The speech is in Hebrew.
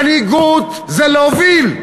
מנהיגות זה להוביל,